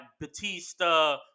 Batista